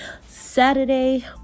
Saturday